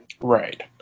Right